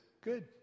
good